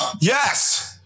Yes